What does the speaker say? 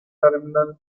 terminal